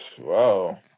Wow